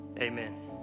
amen